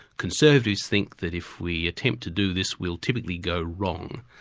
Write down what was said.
conservatives think that if we attempt to do this, we'll typically go wrong.